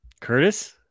Curtis